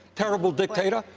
terrible dictator.